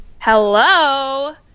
Hello